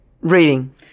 Reading